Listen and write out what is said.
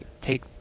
take